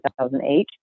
2008